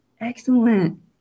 Excellent